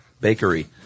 Bakery